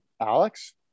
alex